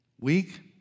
Weak